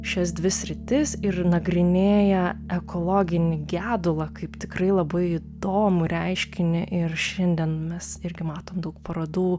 šias dvi sritis ir nagrinėja ekologinį gedulą kaip tikrai labai įdomų reiškinį ir šiandien mes irgi matom daug parodų